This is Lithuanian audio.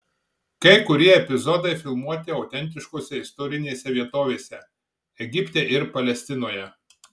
kai kurie epizodai filmuoti autentiškose istorinėse vietovėse egipte ir palestinoje